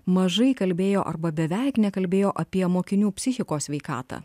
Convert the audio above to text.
mažai kalbėjo arba beveik nekalbėjo apie mokinių psichikos sveikatą